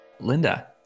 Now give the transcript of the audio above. Linda